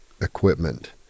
equipment